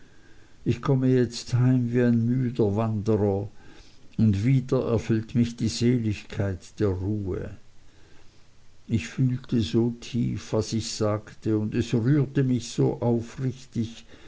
ich komme jetzt heim wie ein müder wanderer und wieder erfüllt mich die seligkeit der ruhe ich fühlte so tief was ich sagte und es rührte mich so aufrichtig